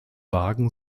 wagen